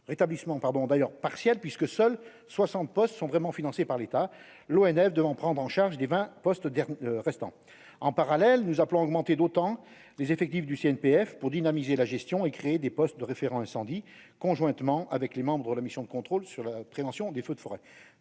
rétablissement pardon d'ailleurs partiel puisque seuls 60 postes sont vraiment financé par l'État, l'ONF devant prendre en charge des 20 postes restants en parallèle, nous appelons augmenter d'autant les effectifs du CNPF pour dynamiser la gestion et créer des postes de référent incendie conjointement avec les membres de la mission de contrôle sur la prévention des feux de forêt,